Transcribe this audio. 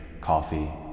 coffee